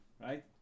right